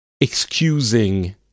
excusing